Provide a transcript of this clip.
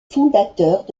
fondateurs